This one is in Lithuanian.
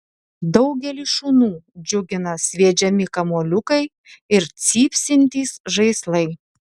daugelį šunų džiugina sviedžiami kamuoliukai ir cypsintys žaislai